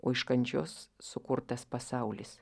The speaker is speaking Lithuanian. o iš kančios sukurtas pasaulis